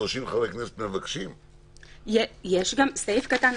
ימים מהמועד האחרון להחלטת הוועדה ולעניין תקנות כאמור בסעיפים 6